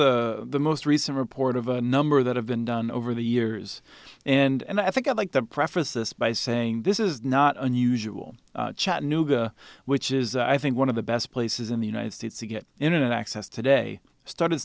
the most recent report of a number that have been done over the years and i think i'd like to preface this by saying this is not unusual chattanooga which is i think one of the best places in the united states to get internet access today started